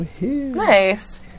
Nice